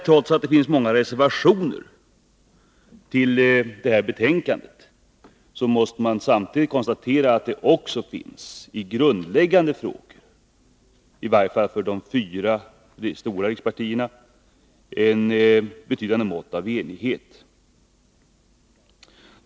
Trots att det finns många reservationer till det här betänkandet, måste man konstatera att det i grundläggande frågor, i varje fall mellan de fyra stora riksdagspartierna, finns ett betydande mått av enighet.